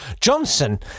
Johnson